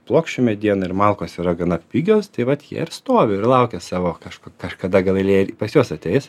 plokščių mediena ir malkos yra gana pigios tai vat jie ir stovi ir laukia savo kažkur kažkada gal eilė pas juos ateis